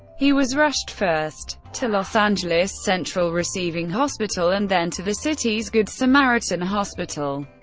he was rushed first to los angeles's central receiving hospital, and then to the city's good samaritan hospital,